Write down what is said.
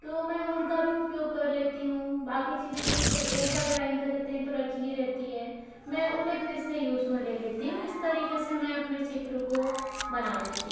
तो मैं उनका भी उपयोग कर लेती हूँ बाकी चीज़ें तो सब एक बार ड्रॉइंग करते हैं तो रखी रहती है मैं उन्हें फिर से यूज़ में ले लेती हूँ इस तरीके से मैं अपने चित्र को बना लेती हूँ